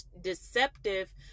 deceptive